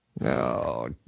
No